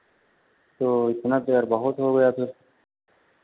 तो इतना तो यार बहुत हो गया फिर